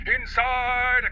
inside